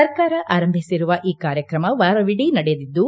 ಸರ್ಕಾರ ಆರಂಭಿಸಿರುವ ಈ ಕಾರ್ಯಕ್ರಮ ವಾರವಿಡೀ ನಡೆದಿದ್ದು